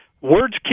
Words